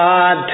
God